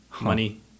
Money